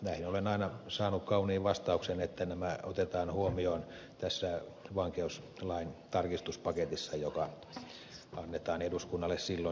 näihin olen aina saanut kauniin vastauksen että nämä otetaan huomioon tässä vankeuslain tarkistuspaketissa joka annetaan eduskunnalle silloin ja silloin